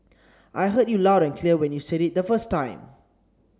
I heard you loud and clear when you said it the first time